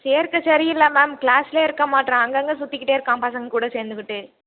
சேர்க்கை சரி இல்லை மேம் க்ளாஸ்லிலே இருக்க மாட்டேறான் அங்கங்கே சுற்றிக்கிட்டே இருக்கான் பசங்கள் கூட சேர்ந்துக்கிட்டு